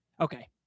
Okay